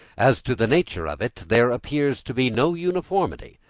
as to the nature of it there appears to be no uniformity.